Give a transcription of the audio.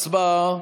הצבעה.